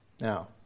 Now